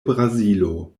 brazilo